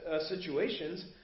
situations